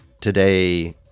today